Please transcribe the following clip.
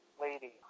lady